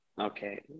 okay